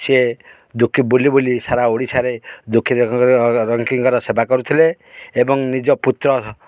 ସିଏ ଦୁଃଖୀ ବୁଲି ବୁଲି ସାରା ଓଡ଼ିଶାରେ ଦୁଃଖୀ ରଙ୍କିଙ୍କର ସେବା କରୁଥିଲେ ଏବଂ ନିଜ ପୁତ୍ର